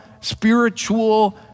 spiritual